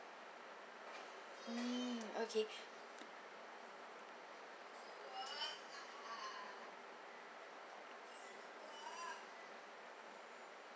mm okay